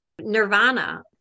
nirvana